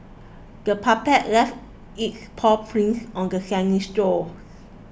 the puppy left its paw prints on the sandy shore